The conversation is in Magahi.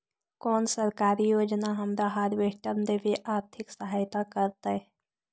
कोन सरकारी योजना हमरा हार्वेस्टर लेवे आर्थिक सहायता करतै?